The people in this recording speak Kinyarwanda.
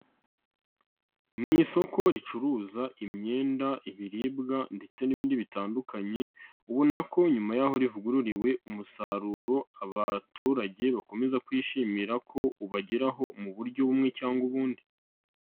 Mu isoko ricuruza imyenda, ibiribwa ndetse n'ibindi bitandukanye ubona ko nyuma y'aho rivugururiwe umusaruro abaturage bakomeza kwishimira ko ubageraho mu buryo bumwe cyangwa ubundi.